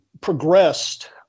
progressed